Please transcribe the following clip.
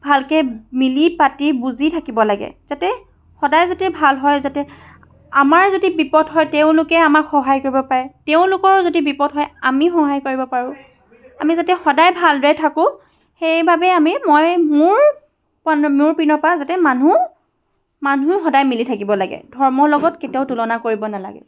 ভালকৈ মিলি পাতি বুজি থাকিব লাগে যাতে সদায় যাতে ভাল হয় যাতে আমাৰ যদি বিপদ হয় তেওঁলোকে আমাক সহায় কৰিব পাৰে তেওঁলোকৰ যদি বিপদ হয় আমি সহায় কৰিব পাৰোঁ আমি যাতে সদায় ভালদৰে থাকোঁ সেইবাবে আমি মই মোৰ মোৰ পানৰ মোৰ পিনৰ পৰা যাতে মানুহ মানুহ সদায় মিলি থাকিব লাগে ধৰ্মৰ লগত কেতিয়াও তুলনা কৰিব নেলাগে